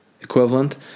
Equivalent